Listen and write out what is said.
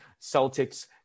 Celtics